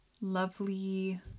lovely